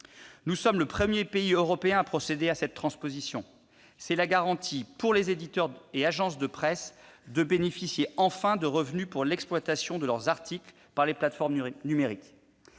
Nous sommes le premier pays européen à procéder à la transposition de cette directive ; c'est la garantie, pour les éditeurs et agences de presse, de bénéficier enfin de revenus pour l'exploitation de leurs articles par les plateformes numériques.